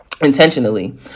Intentionally